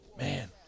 Man